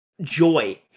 joy